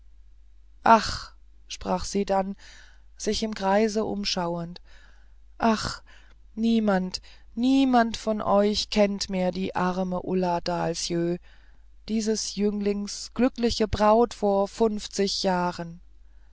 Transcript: ach sprach sie dann sich im kreise umschauend ach niemand niemand von euch kennt mehr die arme ulla dahlsjö dieses jünglings glückliche braut vor funfzig jahren